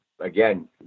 Again